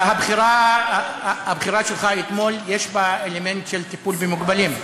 הבחירה שלך אתמול יש בה אלמנט של טיפול במוגבלים,